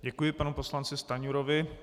Děkuji panu poslanci Stanjurovi.